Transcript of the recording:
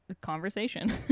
conversation